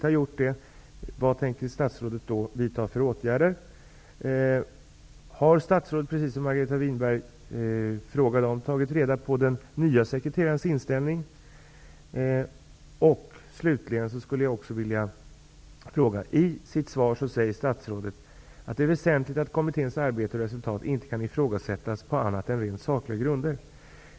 Har statsrådet, som Margareta Winberg frågade om, tagit reda på den nya sekreterarens inställning? I sitt svar säger statsrådet ''att det är väsentligt att kommitténs arbete och resultat inte kan ifrågasättas på annat än rent sakliga grunder''.